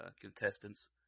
contestants